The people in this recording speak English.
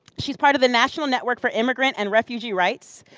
she is part of the national network for immigrant and refugee rights.